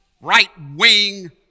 right-wing